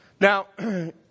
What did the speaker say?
Now